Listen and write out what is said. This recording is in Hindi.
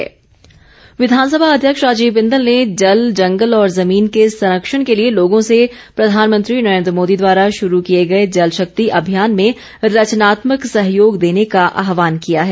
बिंदल विधानसभा अध्यक्ष राजीव बिंदल ने जल जंगल और जमीन के संरक्षण के लिए लोगों से प्रधानमंत्री नरेन्द्र मोदी द्वारा शुरू किए गए जलशक्ति अभियान में रचनात्मक सहयोग देने का आहवान किया है